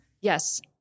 Yes